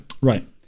Right